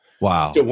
Wow